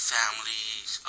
families